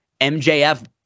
MJF